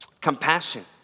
compassion